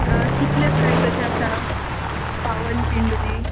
आं कितले प्रायस अशे आसा पावन खिंड बी